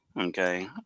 Okay